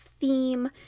theme